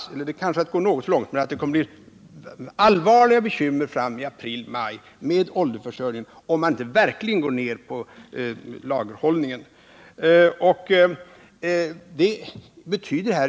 Även om den uppskattningen kanske är något överdriven, kommer konsumenterna att få allvarliga bekymmer i april-maj med oljeförsörjningen, om man inte börjar minska lagerhållningen.